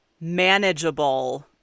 manageable